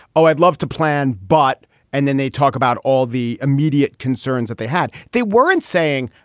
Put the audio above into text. oh, i'd love to plan, but and then they talk about all the immediate concerns that they had. they weren't saying,